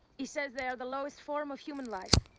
he says they are the lowest form of human life.